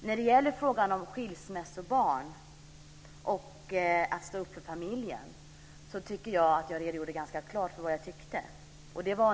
När det gäller frågan om skilsmässobarn och att stå upp för familjen redogjorde jag ganska klart för vad jag tycker.